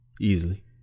easily